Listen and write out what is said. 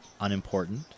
Unimportant